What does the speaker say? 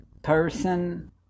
person